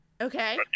okay